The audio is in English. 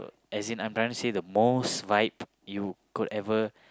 as in I'm saying the most vibe you would ever